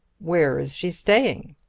where is she staying?